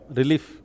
relief